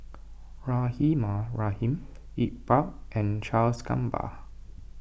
Rahimah Rahim Iqbal and Charles Gamba